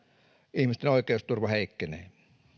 ihmisten oikeusturva heikkenee